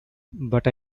but